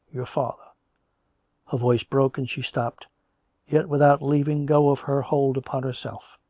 your father her voice broke and she stopped yet without leaving go of her hold upon herself.